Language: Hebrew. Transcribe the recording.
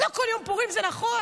לא כל יום פורים, זה נכון.